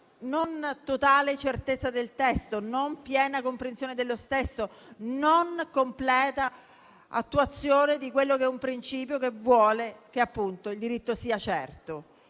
non totale certezza del testo, per la non piena comprensione dello stesso, per la non completa attuazione di quello che è un principio che vuole che, appunto, il diritto sia certo.